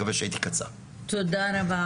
תודה,